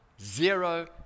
zero